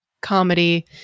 comedy